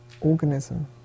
organism